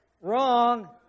Wrong